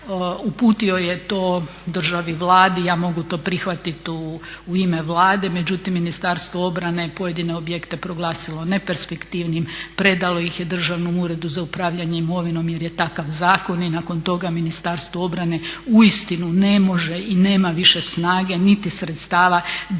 uputio je to državi, Vladi, i ja mogu to prihvatit u ime Vlade, međutim Ministarstvo obrane je pojedine objekte proglasilo neperspektivnim, predalo ih je Državnom uredu za upravljanje imovinom jer je takav zakon i nakon toga Ministarstvo obrane uistinu ne može i nema više snage niti sredstava da